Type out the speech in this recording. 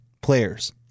Players